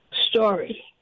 story